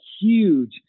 huge